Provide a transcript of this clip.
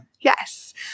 Yes